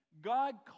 God